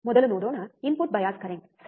ಮೊದಲು ನೋಡೋಣ input bias current ಸರಿ